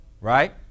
right